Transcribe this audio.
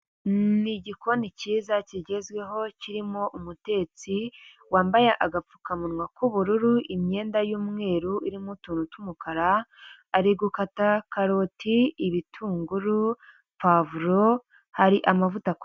Ni igikoni cyiza kigezweho kirimo umutetsi wambaye agapfukamunwa k'ubururu imyenda y'umweru irimo utuntu tw'umukara ari gukata karoti, ibitunguru, pavuro hari amavuta